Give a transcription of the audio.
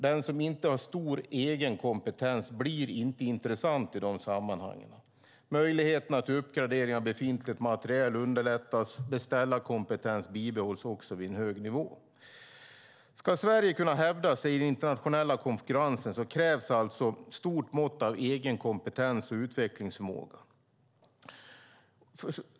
Den som inte har stor egenkompetens blir inte intressant i dessa sammanhang. Möjligheterna till uppgradering av befintlig materiel underlättas, och beställarkompetens bibehålls vid en hög nivå. Ska Sverige kunna hävda sig i den internationella konkurrensen krävs alltså ett stort mått av egen kompetens och utvecklingsförmåga.